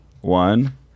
one